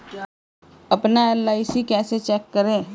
अपना एल.आई.सी कैसे चेक करें?